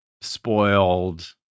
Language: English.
spoiled